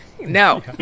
no